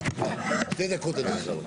נציגי הממשלה נא